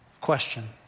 question